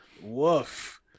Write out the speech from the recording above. Woof